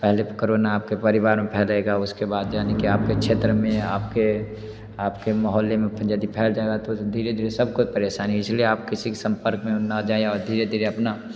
पहले करोना आपके परिवार में फैलेगा उसके बाद यानि कि आपके क्षेत्र में आपके आपके मोहल्ले में यदि फैल जाएगा तो धीरे धीरे सबको परेशानी इसलिए आप किसी के सम्पर्क में न जाएँ और धीरे धीरे अपना